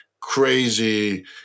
crazy